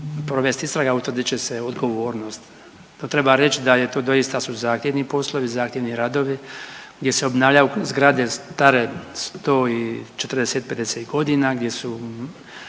provesti istraga, utvrdit će se odgovornost. To treba reći da je to su doista zahtjevni poslovi, zahtjevni radovi gdje se obnavljaju zgrade stare 140-50 godina, gdje su